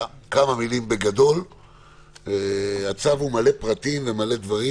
הצו מלא פרטים ומלא דברים,